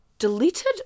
deleted